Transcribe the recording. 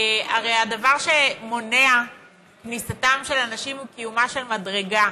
הרי הדבר שמונע את כניסתם של אנשים הוא קיומה של מדרגה